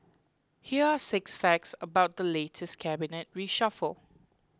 here are six facts about the latest cabinet reshuffle